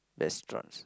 restaurants